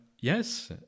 Yes